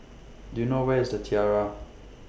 Do YOU know Where IS The Tiara